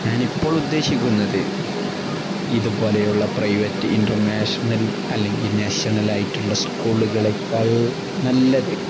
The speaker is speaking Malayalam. ഞാൻ ഇപ്പോൾ ഉദ്ദേശിക്കുന്നത് ഇതുപോലെയുള്ള പ്രൈവറ്റ് ഇൻ്റർനാഷണൽ അല്ലെങ്കിൽ നാഷണലയിട്ടുള്ള സ്കൂളുകളേക്കാൾ നല്ലത്